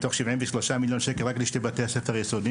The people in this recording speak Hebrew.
מתוך 73 מיליון שקל רק לשני בתי הספר היסודיים